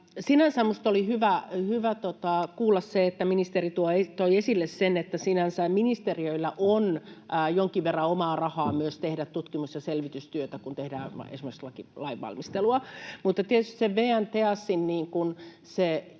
Sinänsä minusta oli hyvä kuulla se, että ministeri toi esille sen, että sinänsä ministeriöillä on jonkin verran omaa rahaa tehdä myös tutkimus- ja selvitystyötä, kun tehdään esimerkiksi lainvalmistelua. Mutta tietysti se VN TEASin